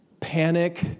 panic